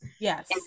Yes